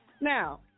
now